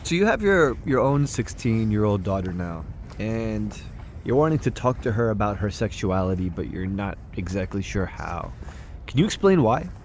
you have your your own sixteen year old daughter now and you're wanting to talk to her about her sexuality, but you're not exactly sure how can you explain why?